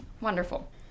Wonderful